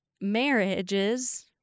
marriages